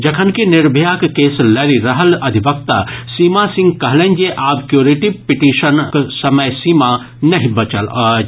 जखनकि निर्भयाक केस लड़ि रहल अधिवक्ता सीमा सिंह कुशवाहा कहलनि जे आब क्योरेटिव पिटीशनक समय सीमा नहि बचल अछि